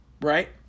right